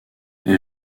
est